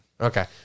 Okay